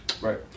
Right